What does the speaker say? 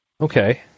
Okay